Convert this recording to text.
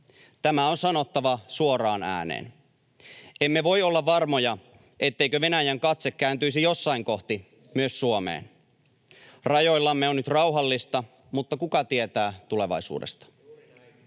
Tämä on sanottava suoraan äänen. Emme voi olla varmoja, etteikö Venäjän katse kääntyisi jossain kohti myös Suomeen. Rajoillamme on nyt rauhallista, mutta kuka tietää tulevaisuudesta?